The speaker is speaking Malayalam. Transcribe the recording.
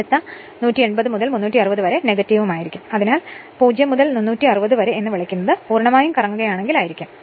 അടുത്ത 180 മുതൽ 360 വരെ ഇത് ആയിരിക്കും അതായത് നിങ്ങൾ 0 മുതൽ 360 o വരെ എന്ന് വിളിക്കുന്നത് ഇത് പൂർണ്ണമായും കറങ്ങുകയാണെങ്കിൽ ആയിരിക്കും